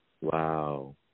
Wow